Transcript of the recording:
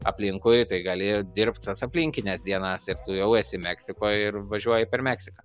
aplinkui tai gali dirbt tas aplinkines dienas ir tu jau esi meksikoj ir važiuoji per meksiką